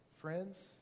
friends